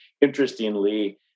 Interestingly